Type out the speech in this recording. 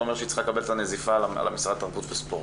לא אומר שהיא צריכה לקבל נזיפה על משרד התרבות והספורט.